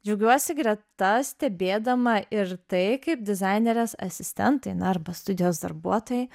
džiaugiuosi greta stebėdama ir tai kaip dizainerės asistentai na arba studijos darbuotojai